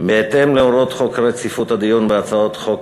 בהתאם להוראות חוק רציפות הדיון בהצעות חוק,